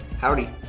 Howdy